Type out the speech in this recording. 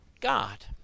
God